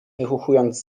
wychuchując